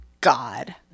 god